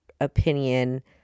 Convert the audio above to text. opinion